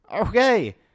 Okay